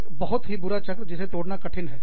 एक बहुत ही बुरा चक्र जिसे तोड़ना कठिन है